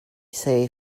essay